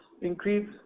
increase